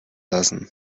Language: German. lassen